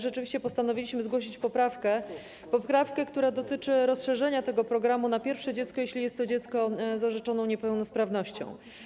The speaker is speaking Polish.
Rzeczywiście postanowiliśmy zgłosić poprawkę, która dotyczy rozszerzenia tego programu na pierwsze dziecko, jeśli jest to dziecko z orzeczoną niepełnosprawnością.